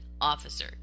officer